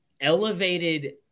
elevated